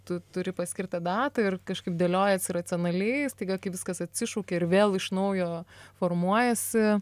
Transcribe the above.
tu turi paskirtą datą ir kažkaip dėliojiesi racionaliai staiga kai viskas atsišaukė ir vėl iš naujo formuojasi